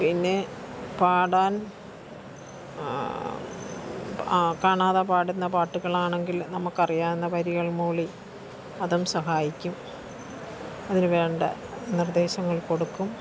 പിന്നെ പാടാൻ ആ കാണാതെ പാടുന്ന പാട്ടുകളാണെങ്കിൽ നമുക്ക് അറിയാവുന്ന വരികൾ മൂളി അതും സഹായിക്കും അതിന് വേണ്ട നിർദ്ദേശങ്ങൾ കൊടുക്കും